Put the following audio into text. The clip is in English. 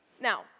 Now